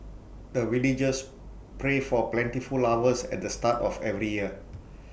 the villagers pray for plentiful harvest at the start of every year